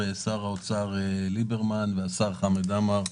שר האוצר ליברמן והשר חמד עמאר,